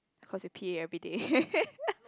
cause he pee everyday